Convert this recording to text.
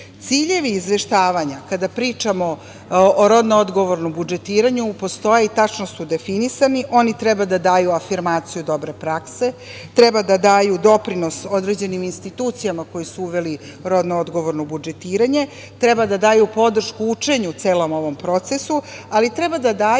težak. Ciljevi izveštavanja, kada pričamo o rodno odgovornom budžetiranju, postoje i tačno su definisani. Oni treba da daju afirmaciju dobre prakse, treba da daju doprinos određenim institucijama koji su uveli rodno odgovorno budžetiranje, treba da daju podršku učenju celom ovom procesu, ali treba da daju